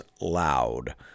loud